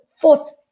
fourth